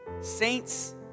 Saints